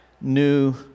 new